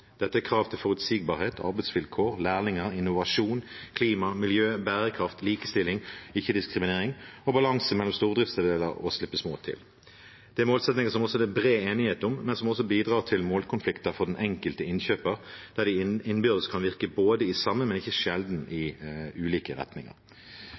Dette er krav til forutsigbarhet, arbeidsvilkår, lærlinger, innovasjon, klima, miljø, bærekraft, likestilling, ikke-diskriminering og balanse mellom stordriftsfordeler og å slippe små til. Det er målsettinger som det også er bred enighet om, men som også bidrar til målkonflikter for den enkelte innkjøper, der de innbyrdes kan virke i samme, men ikke sjelden